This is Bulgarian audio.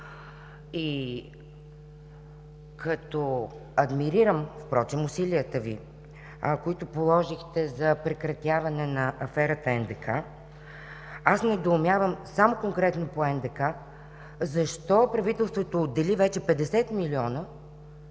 Като адмирирам усилията Ви, които положихте за прекратяване на аферата НДК, аз недоумявам конкретно по НДК защо правителството отдели вече 50 милиона